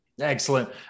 excellent